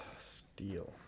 Steel